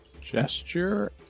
gesture